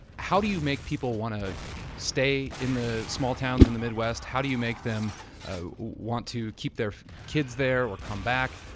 how do you make people want to stay in the small towns in the midwest? how do you make them ah want to keep their kids there or come back?